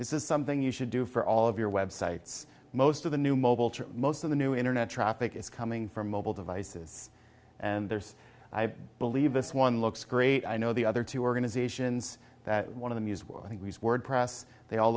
this is something you should do for all of your websites most of the new mobile most of the new internet traffic is coming from mobile devices and there's i believe this one looks great i know the other two organizations that one of them use well i think wordpress they all